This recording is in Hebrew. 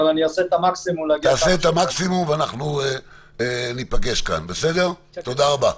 אבל אני אעשה את המקסימום להגיע כמה שיותר מהר.